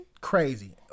crazy